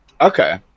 Okay